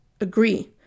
agree